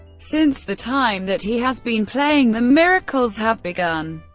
since the time that he has been playing them, miracles have begun.